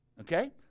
Okay